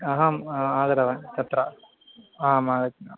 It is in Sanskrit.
अहम् आगतवान् तत्र आम् आगच्छामि